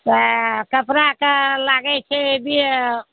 तऽ कपड़ाके लागै छै भी